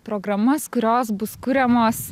programas kurios bus kuriamos